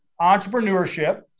entrepreneurship